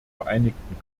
vereinigten